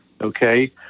Okay